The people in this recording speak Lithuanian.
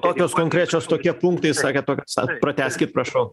tokios konkrečios tokie punktai sakėt tokios tad pratęskit prašau